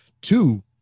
Two